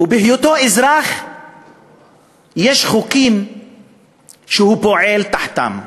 ובהיותו אזרח יש חוקים שהוא פועל תחתם.